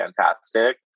fantastic